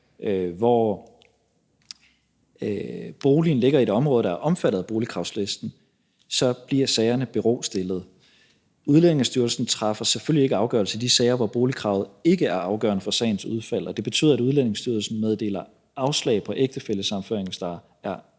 hvor boligen ligger i et område, der er omfattet af boligkravslisten, bliver sat i bero. Udlændingestyrelsen træffer selvfølgelig ikke afgørelse i de sager, hvor boligkravet ikke er afgørende for sagens udfald. Det betyder, at Udlændingestyrelsen meddeler afslag på ægtefællesammenføring, hvis der er